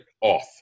off